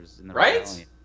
right